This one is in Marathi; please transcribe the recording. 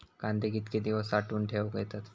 कांदे कितके दिवस साठऊन ठेवक येतत?